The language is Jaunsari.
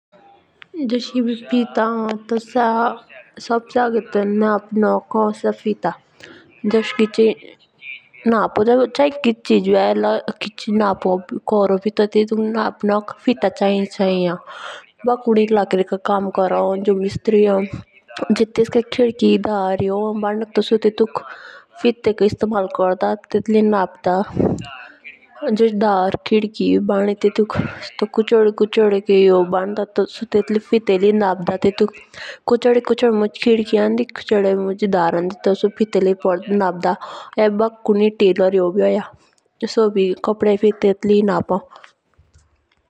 जो फीटा हो उतना कम नपनोका होन. जेतु लिया आमे कोतुई चिजा के दुरे नापु या चोदाई नापु।